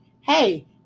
hey